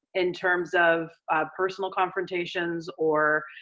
in terms of personal confrontations or